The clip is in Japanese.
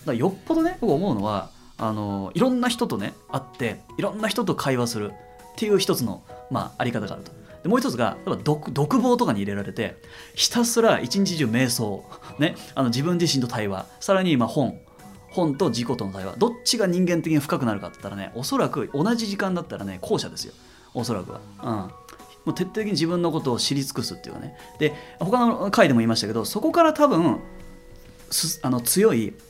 だからよっぽどね、僕思うのは、あの、いろんな人とね、会って、いろんな人と会話するっていう一つの、まあ、あり方があると。で、もう一つが、やっぱ独- 独房とかに入れられて、ひたすら一日中瞑想。ね。あの、自分自身と対話。さらに、まあ、本。本と自己との対話。どっちが人間的に深くなるかって言ったらね、おそらく同じ時間だったらね、後者ですよ。おそらくは。うん。もう徹底的に自分のことを知り尽くすっていうかね。で、他の回でも言いましたけど、そこから多分、す- あの、強い-